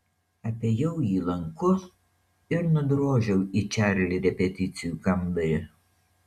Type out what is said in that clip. apėjau jį lanku ir nudrožiau į čarli repeticijų kambarį